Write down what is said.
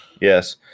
yes